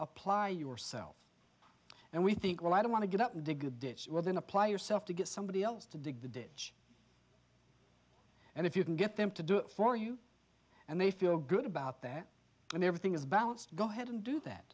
apply yourself and we think well i don't want to get up and dig a ditch well then apply yourself to get somebody else to dig the dish and if you can get them to do it for you and they feel good about that then everything is balanced go ahead and do that